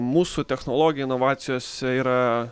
mūsų technologija inovacijose yra